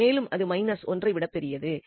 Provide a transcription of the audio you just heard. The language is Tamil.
மேலும் அது 1 ஐ விட பெரியது